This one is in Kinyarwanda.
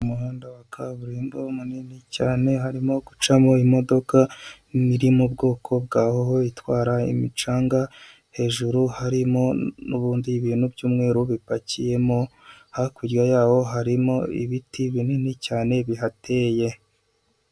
Mu muhanda wa kaburimbo munini cyane, harimo gucamo imodoka iri mu bwoko bwa hoho itwara imicanga, hejuru harimo n'ubundi ibintu by'umweru bipakiyemo, hakurya yaho harimo ibiti binini cyane bihateye.